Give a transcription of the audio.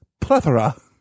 plethora